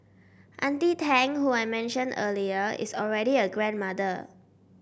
auntie Tang who I mentioned earlier is already a grandmother